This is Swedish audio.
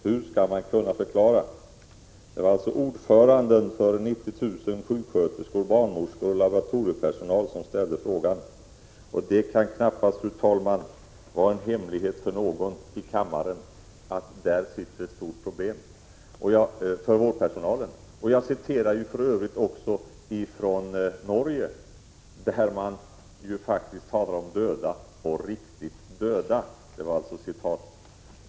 Hur skall man kunna förklara?” Den frågan ställer alltså ordföranden för 90 000 sjuksköterskor, barnmorskor och laboratoriepersonal. Det kan knappast vara en hemlighet för någon i kammaren att det där är ett stort problem för vårdpersonalen. Jag citerade för övrigt också ur en artikel från Norge där man faktiskt talar om döda och riktigt döda.